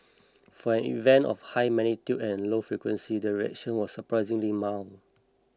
for an event of high magnitude and low frequency the reaction was surprisingly mild